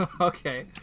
Okay